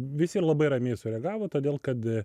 visi labai ramiai sureagavo todėl kad